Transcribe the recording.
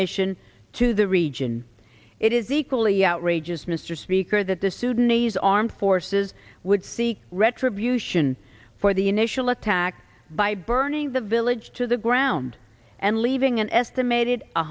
mission to the region it is equally outrageous mr speaker that the sudanese armed forces would seek retribution for the initial attack by burning the village to the ground and leaving an estimated